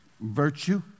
virtue